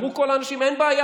אמרו כל האנשים: אין בעיה,